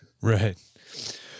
Right